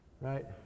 right